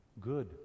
Good